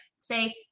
say